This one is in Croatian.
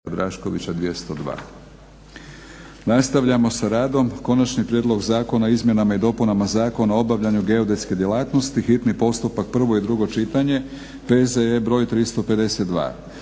Milorad (HNS)** Nastavljamo sa radom. - Konačni prijedlog Zakona o izmjenama i dopunama Zakona o obavljanju geodetske djelatnosti, hitni postupak, prvo i drugo čitanje, P.Z.E. br. 352;